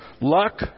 luck